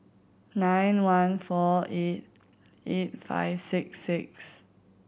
nine one four eight eight five six six